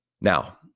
Now